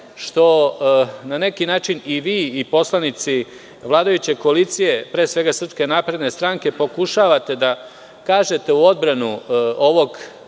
što na neki način i vi i poslanici vladajuće koalicije, pre svega SNS, pokušavate da kažete u odbranu ovog